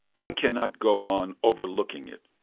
i cannot go on overlooking it,